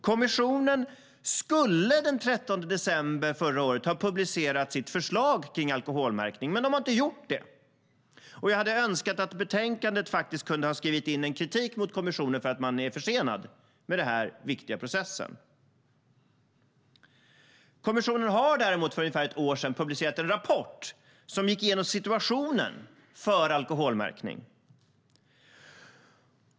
Kommissionen skulle den 13 december förra året ha publicerat sitt förslag om alkoholmärkningen, men man har inte gjort det. Jag hade önskat att det hade skrivits in en kritik mot kommissionen i betänkandet för att man är försenad i denna viktiga process. Däremot publicerade kommissionen för ungefär ett år sedan en rapport som gick igenom situationen för alkoholmärkning.